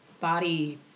body